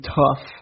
tough